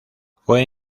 fue